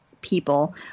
people